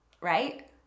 right